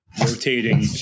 rotating